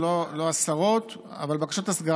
אבל יש לא מעט בתי כנסת שהוצתו,